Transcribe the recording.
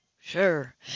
Sure